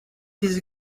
diese